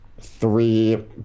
three